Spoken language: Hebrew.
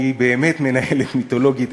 שהיא באמת מנהלת מיתולוגית,